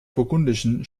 burgundischen